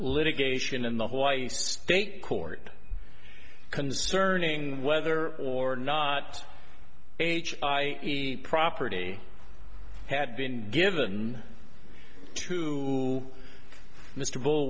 litigation in the hawaii state court concerning whether or not h igh the property had been given to mr b